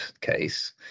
case